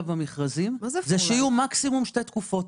במכרזים זה שיהיו מקסימום שתי תקופות.